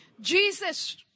Jesus